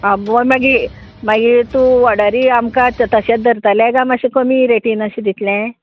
आं ब मागी मागीर तूं वॉडरी आमकां तशेंत धरतलें काय मात्शें कमी रेटीन अशें दितलें